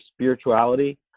spirituality